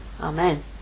Amen